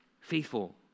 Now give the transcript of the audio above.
faithful